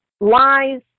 lies